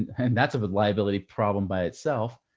and that's a liability problem by itself.